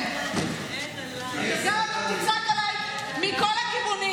הסרטונים הכי מרגשים שיצאו מהמלחמה הזו עד כה,